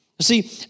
See